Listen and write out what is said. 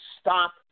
stop